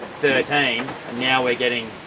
thirteen and now we're getting